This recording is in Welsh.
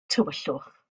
tywyllwch